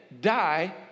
die